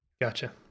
Gotcha